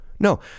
No